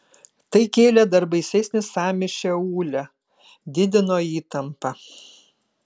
tai kėlė dar baisesnį sąmyšį aūle didino įtampą